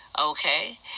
Okay